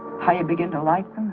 high begin to like.